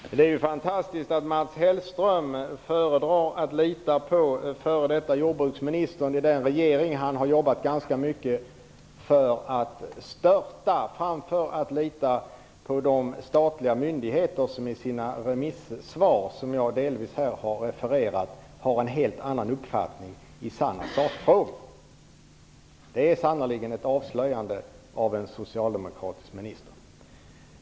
Herr talman! Det är fantastiskt att höra att Mats Hellström föredrar att lita på den före detta jordbruksminister som ingick i den regering som Mats Hellström jobbat ganska hårt för för att störta, i stället för att lita på de statliga myndigheter som i sina remissvar - vilka jag delvis har refererat - visar en helt annan uppfattning i samma sakfråga. Det är sannerligen ett avslöjande av en socialdemokratisk minister.